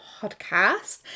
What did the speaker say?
podcast